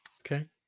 Okay